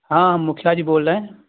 ہاں مکھیا جی بول رہے ہیں